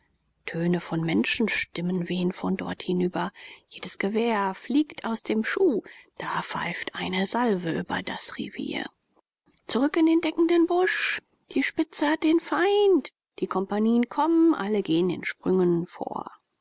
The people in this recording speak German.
töne von menschenstimmen wehen von dort hinüber jedes gewehr fliegt aus dem schuh da pfeift eine salve über das rivier zurück in den deckenden busch die spitze hat den feind die kompagnien kommen alle gehen in sprüngen vor